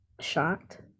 shocked